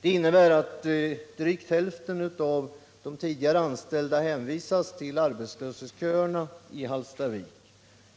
Det innebär att drygt hälften av de tidigare anställda hänvisas till arbetslöshetsköerna i Hallstavik.